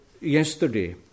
yesterday